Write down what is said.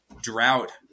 drought